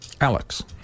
Alex